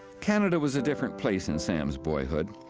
canada was a different place in sam's boyhood.